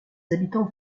habitants